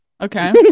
Okay